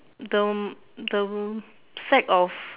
the the sack of